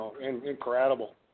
incredible